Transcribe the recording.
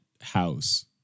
house